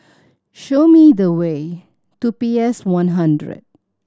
show me the way to P S One hundred